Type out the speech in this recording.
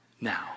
Now